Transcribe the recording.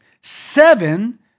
seven